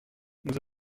nous